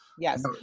Yes